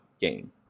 game